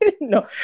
No